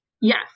Yes